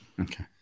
Okay